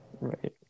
right